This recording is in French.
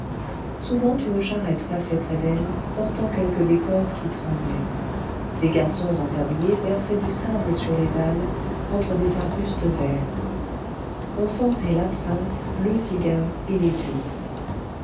souvent une charrette passait près d'elle portant quelque décor qui tremblait des garçons en tablier versaient du sable sur les dalles entre des arbustes verts on sentait l'absinthe le cigare et les huîtres